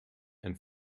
and